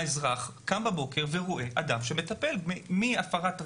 האזרח קם בבוקר ורואה אדם שמטפל בבעיות כמו הפרעת רעש,